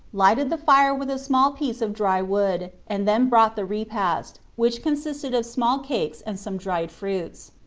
lighted the fire with a small piece of dry wood, and then brought the repast, which consisted of small cakes and some dry fruits.